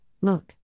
Look